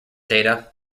data